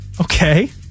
Okay